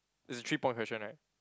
it's a three point question right